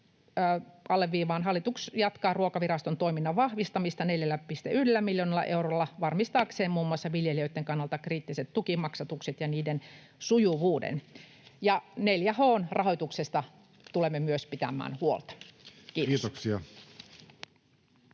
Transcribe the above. alleviivaan, että hallitus jatkaa Ruokaviraston toiminnan vahvistamista 4,1 miljoonalla eurolla varmistaakseen muun muassa viljelijöitten kannalta kriittiset tukimaksatukset ja niiden sujuvuuden. Ja 4H:n rahoituksesta tulemme myös pitämään huolta. — Kiitos.